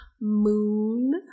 moon